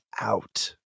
out